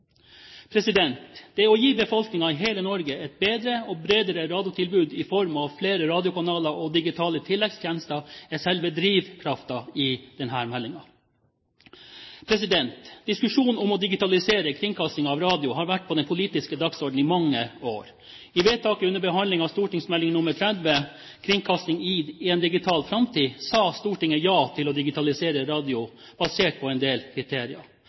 Det å gi befolkningen i hele Norge et bedre og bredere radiotilbud i form av flere radiokanaler og digitale tilleggstjenester er selve drivkraften i denne meldingen. Diskusjonen om å digitalisere kringkastingen av radio har vært på den politiske dagsordenen i mange år. I vedtaket under behandlingen av St.meld. nr. 30 for 2006–2007, Kringkasting i en digital fremtid, sa Stortinget ja til å digitalisere radio basert på en del kriterier.